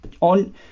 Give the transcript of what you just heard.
on